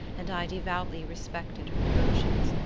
and i devoutly respected her devotions.